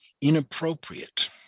inappropriate